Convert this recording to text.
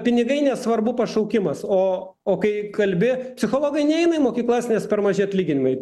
pinigai nesvarbu pašaukimas o o kai kalbi psichologai neina į mokyklas nes per maži atlyginimai